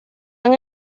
han